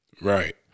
Right